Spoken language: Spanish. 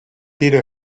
tiro